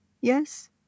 Yes